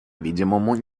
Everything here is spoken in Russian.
видимому